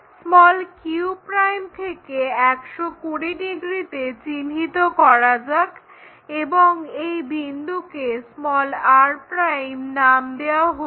q' থেকে 120 ডিগ্রিতে চিহ্নিত করা যাক এবং এই বিন্দুকে r' নাম দেওয়া হলো